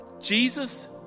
Jesus